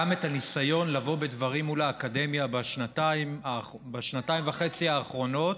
גם את הניסיון לבוא בדברים מול האקדמיה בשנתיים וחצי האחרונות,